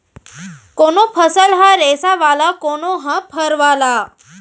कोनो फसल ह रेसा वाला, कोनो ह फर वाला